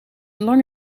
lang